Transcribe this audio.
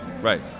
right